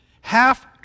half